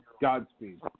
Godspeed